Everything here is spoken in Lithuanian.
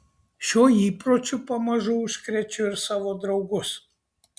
šiuo įpročiu pamažu užkrečiu ir savo draugus